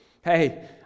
Hey